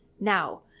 now